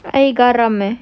air garam eh